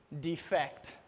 defect